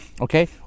Okay